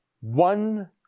one